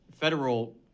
federal